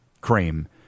cream